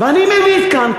ואני מביט כאן,